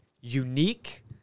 unique